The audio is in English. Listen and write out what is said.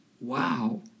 wow